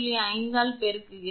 5 ஆல் பெருக்கிறேன்